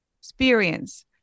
experience